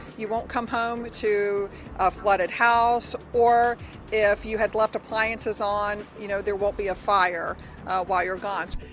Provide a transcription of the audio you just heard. you won't come home to a flooded house, or if you had left appliances on, you know, there won't be a fire while you're gone.